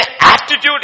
attitude